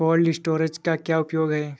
Cold storage का क्या उपयोग है?